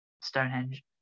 stonehenge